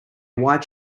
white